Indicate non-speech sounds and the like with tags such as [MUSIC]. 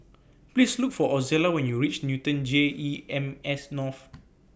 Please Look For Ozella when YOU REACH Newton J E M S North [NOISE]